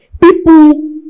people